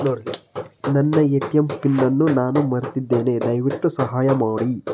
ನನ್ನ ATM PIN ಅನ್ನು ನಾನು ಮರೆತಿದ್ದೇನೆ, ದಯವಿಟ್ಟು ಸಹಾಯ ಮಾಡಿ